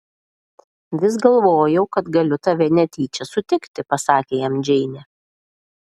vis galvojau kad galiu tave netyčia sutikti pasakė jam džeinė